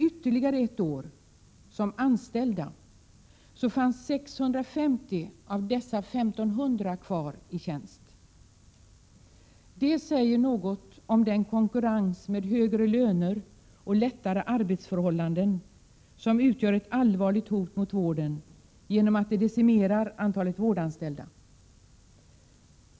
Efter ett år som anställda fanns 650 av dessa 1 500 kvar i tjänst. Detta säger något om den konkurrens som råder från yrken med högre löner och bättre arbetsförhållanden och som utgör ett allvarligt hot mot vården, eftersom den decimerar antalet vårdanställda.